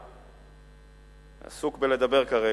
הוא עסוק בלדבר כרגע,